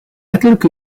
ettelijke